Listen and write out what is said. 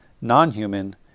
non-human